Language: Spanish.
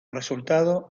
resultado